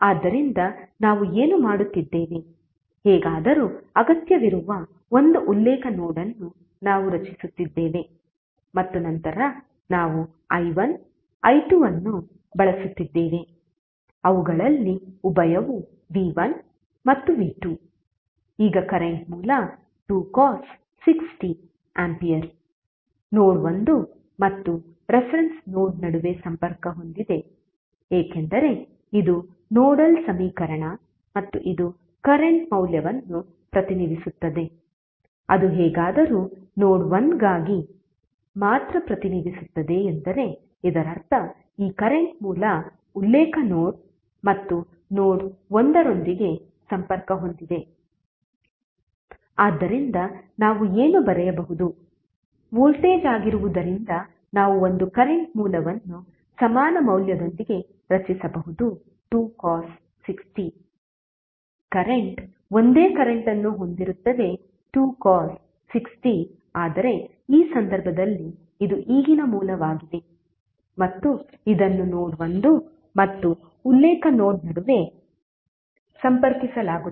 ಆದ್ದರಿಂದ ನಾವು ಏನು ಮಾಡುತ್ತಿದ್ದೇವೆ ಹೇಗಾದರೂ ಅಗತ್ಯವಿರುವ ಒಂದು ಉಲ್ಲೇಖ ನೋಡ್ ಅನ್ನು ನಾವು ರಚಿಸುತ್ತಿದ್ದೇವೆ ಮತ್ತು ನಂತರ ನಾವು i1 i2 ಅನ್ನು ಬಳಸುತ್ತಿದ್ದೇನೆ ಅವುಗಳಲ್ಲಿ ಉಭಯವು v1 ಮತ್ತು v2 ಈಗ ಕರೆಂಟ್ ಮೂಲ 2cos 6t ಆಂಪಿಯರ್ ನೋಡ್ 1 ಮತ್ತು ರೆಫರೆನ್ಸ್ ನೋಡ್ ನಡುವೆ ಸಂಪರ್ಕ ಹೊಂದಿದೆ ಏಕೆಂದರೆ ಇದು ನೋಡಲ್ ಸಮೀಕರಣ ಮತ್ತು ಇದು ಕರೆಂಟ್ ಮೌಲ್ಯವನ್ನು ಪ್ರತಿನಿಧಿಸುತ್ತದೆ ಅದು ಹೇಗಾದರೂ ನೋಡ್ 1 ಗಾಗಿ ಮಾತ್ರ ಪ್ರತಿನಿಧಿಸುತ್ತದೆ ಎಂದರೆ ಇದರರ್ಥ ಈ ಕರೆಂಟ್ ಮೂಲ ಉಲ್ಲೇಖ ನೋಡ್ ಮತ್ತು ನೋಡ್ 1 ನೊಂದಿಗೆ ಸಂಪರ್ಕ ಹೊಂದಿದೆ ಆದ್ದರಿಂದ ನಾವು ಏನು ಬರೆಯಬಹುದು ವೋಲ್ಟೇಜ್ ಆಗಿರುವುದರಿಂದ ನಾವು ಒಂದು ಕರೆಂಟ್ ಮೂಲವನ್ನು ಸಮಾನ ಮೌಲ್ಯದೊಂದಿಗೆ ರಚಿಸಬಹುದು 2cos 6t ಕರೆಂಟ್ ಒಂದೇ ಕರೆಂಟ್ ಅನ್ನು ಹೊಂದಿರುತ್ತದೆ 2cos 6t ಆದರೆ ಈ ಸಂದರ್ಭದಲ್ಲಿ ಇದು ಈಗಿನ ಮೂಲವಾಗಿದೆ ಮತ್ತು ಇದನ್ನು ನೋಡ್ 1 ಮತ್ತು ಉಲ್ಲೇಖ ನೋಡ್ ನಡುವೆ ಸಂಪರ್ಕಿಸಲಾಗುತ್ತದೆ